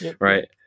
Right